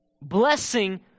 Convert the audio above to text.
Blessing